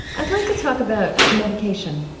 i'd like to talk about medication.